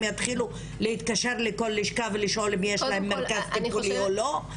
הם יתחילו להתקשר לכל לשכה ולשאול אם יש להם מרכז טיפולי או לא?